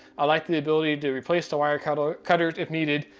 i like the ability to replace the wire cutters cutters if needed,